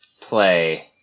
play